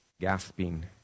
gasping